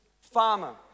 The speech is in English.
farmer